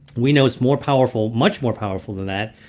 we know it's more powerful, much more powerful than that,